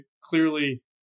clearly